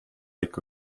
ikka